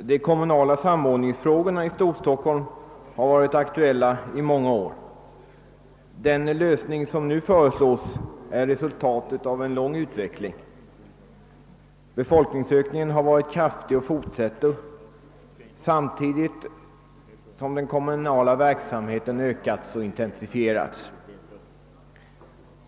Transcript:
De kommunala samord ningsfrågorna i Storstockholm har varit aktuella i många år. Den lösning som nu föreslås är resultatet av en lång utveckling. Befolkningsökningen har varit kraftig och fortsätter att stiga samtidigt som den kommunala verksamheten har ökat och intensifierats.